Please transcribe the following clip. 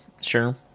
Sure